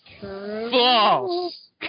False